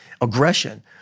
aggression